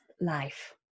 life